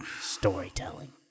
storytelling